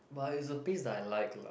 but is a piece that I like lah